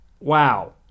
wow